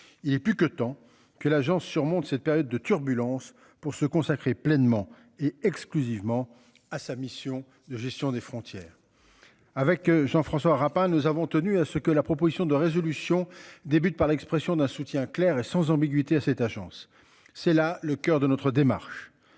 Il est plus que temps que l'Agence surmonte cette période de turbulences pour se consacrer pleinement et exclusivement à sa mission de gestion des frontières. Avec Jean-François Rapin. Nous avons tenu à ce que la proposition de résolution débute par l'expression d'un soutien clair et sans ambiguïté à cette agence. C'est là le coeur de notre démarche.